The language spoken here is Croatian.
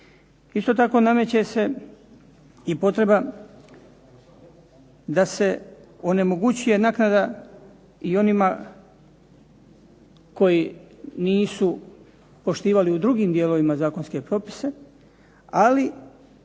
Isto tako nameće se i potreba da se onemogućuje naknada i onima koji nisu poštivali u drugim dijelovima zakonske propise, ali